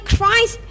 Christ